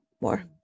more